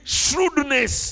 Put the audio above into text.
shrewdness